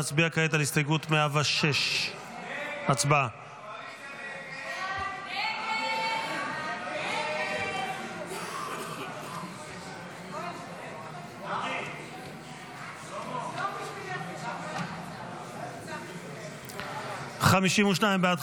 נצביע כעת על הסתייגות 106. הצבעה.